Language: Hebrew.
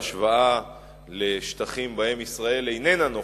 זאת בהשוואה לשטחים שבהם ישראל איננה נוכחת,